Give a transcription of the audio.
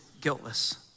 guiltless